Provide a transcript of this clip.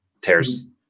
tears